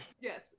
Yes